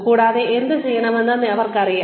കൂടാതെ എന്തുചെയ്യണമെന്ന് അവർക്കറിയാം